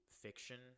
fiction